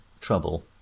trouble